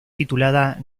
titulada